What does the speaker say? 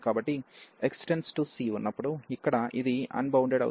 కాబట్టి x → c ఉన్నప్పుడు ఇక్కడ ఇది అన్బౌండెడ్ అవుతుంది